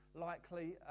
likely